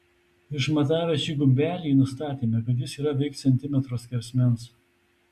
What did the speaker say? išmatavę šį gumbelį nustatėme kad jis yra veik centimetro skersmens